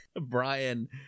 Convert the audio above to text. Brian